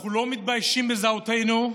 אנחנו לא מתביישים בזהותנו,